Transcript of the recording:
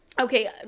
Okay